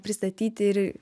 pristatyti ir